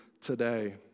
today